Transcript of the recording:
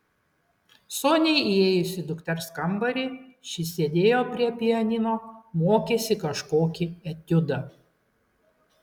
soniai įėjus į dukters kambarį ši sėdėjo prie pianino mokėsi kažkokį etiudą